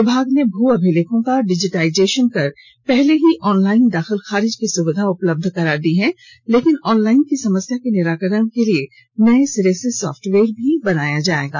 विभाग ने भू अभिलेखों का डिजिटाइजेशन कर पहले ही ऑनलाइन दाखिल खारिज की सुविधा उपलब्ध करा दी है लेकिन ऑनलाइन की समस्या के निराकरण के लिए नये सिरे सॉफ्टेवयर भी बनाये जायेंगे